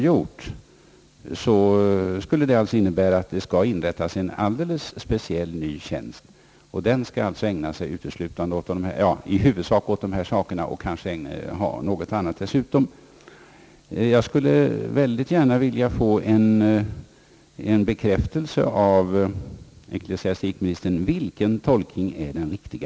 Jag skulle mycket gärna vilja få en bekräftelse från ecklesiastikministern, vilken tolkning som är den riktiga.